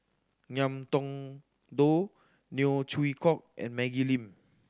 Ngiam Tong Dow Neo Chwee Kok and Maggie Lim